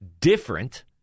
different